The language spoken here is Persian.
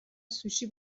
سوشی